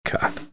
God